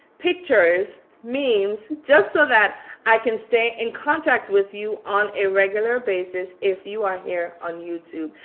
pictures, memes just so that i can stay in contact with you on a regular basis if you are here on youtube.